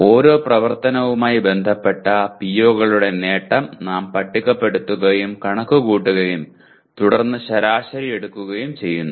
ഓരോ പ്രവർത്തനവുമായി ബന്ധപ്പെട്ട PO കളുടെ നേട്ടം നാം പട്ടികപ്പെടുത്തുകയും കണക്കുകൂട്ടുകയും തുടർന്ന് ശരാശരി എടുക്കുകയും ചെയ്യുന്നു